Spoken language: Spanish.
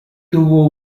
tuvo